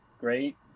great